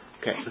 Okay